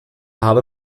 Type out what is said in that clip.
habe